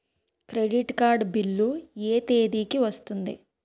Credit card bill ఎ తేదీ కి వస్తుంది?